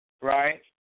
Right